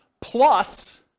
plus